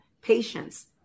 patience